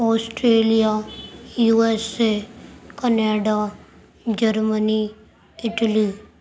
Australia USA Canada Germany Italy